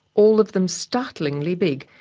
all of them startlingly big,